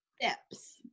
steps